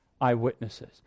eyewitnesses